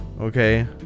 Okay